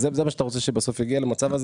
אז זה מה שאתה רוצה שבסוף יגיע למצב הזה?